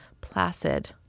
Placid